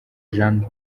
jean